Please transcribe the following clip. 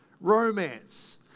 romance